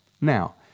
Now